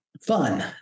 fun